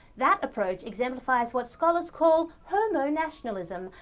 that approach exemplifies what scholars call homonationalism,